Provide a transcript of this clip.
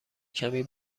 کمی